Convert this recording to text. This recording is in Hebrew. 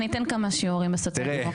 אני אתן כמה שיעורים שבסוציאל-דמוקרטיה.